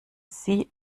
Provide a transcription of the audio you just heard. sie